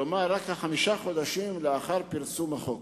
כלומר, רק כחמישה חודשים לאחר פרסום החוק.